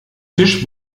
tisch